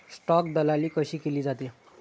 Stock दलाली कशी केली जाते?